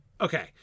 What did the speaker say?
okay